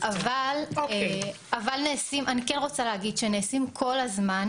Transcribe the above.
אני כן רוצה להגיד שנעשים כל הזמן